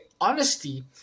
honesty